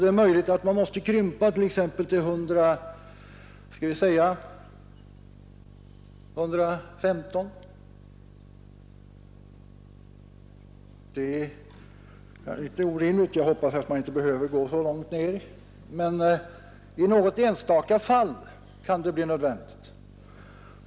Det är inte alldeles orimligt. Jag hoppas att man inte behöver gå så långt ned, men i något enstaka fall kan det bli nödvändigt med indragning.